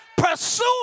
pursue